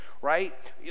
right